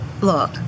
look